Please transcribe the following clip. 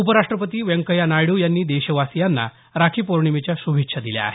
उपराष्ट्रपती व्यंकय्या नायडू यांनी देशवासियांना राखी पौर्णिमेच्या श्रभेच्छा दिल्या आहेत